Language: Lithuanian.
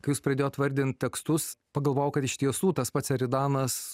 kai jūs pradėjot vardint tekstus pagalvojau kad iš tiesų tas pats eridanas